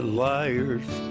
liar's